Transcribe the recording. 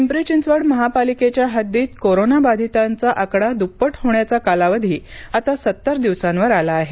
पिंपरी चिंचवड महापालिकेच्या हद्दीत कोरोना बाधितांना आकडा दुप्पट होण्याचा कालावधी आता सत्तर दिवसांवर आला आहे